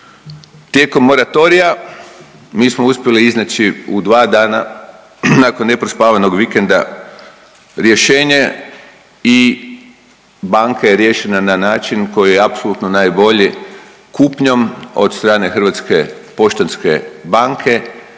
Tijekom moratorija mi smo uspjeli iznaći u 2 dana nakon neprospavanog vikenda rješenje i banka je riješena na način koji je apsolutno najbolji kupnjom od strane HPB-a čime je